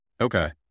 Okay